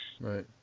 right